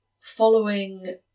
following